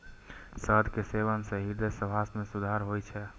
शहद के सेवन सं हृदय स्वास्थ्य मे सुधार होइ छै